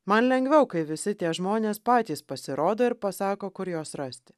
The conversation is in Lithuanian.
man lengviau kai visi tie žmonės patys pasirodo ir pasako kur juos rasti